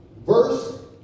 Verse